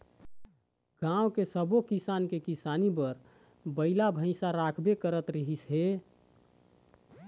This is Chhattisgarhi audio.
गाँव के सब्बो किसान के किसानी बर बइला भइसा राखबे करत रिहिस हे